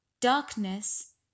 darkness